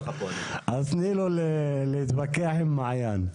אז תני לו להתווכח עם מעיין.